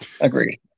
Agreed